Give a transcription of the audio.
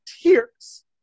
tears